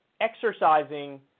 exercising